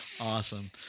Awesome